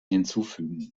hinzufügen